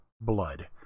blood